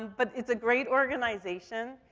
and but it's a great organization.